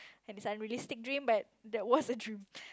it's an unrealistic dream but that was a dream